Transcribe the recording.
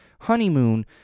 honeymoon